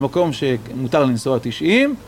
מקום שמותר לנסוע תשעים.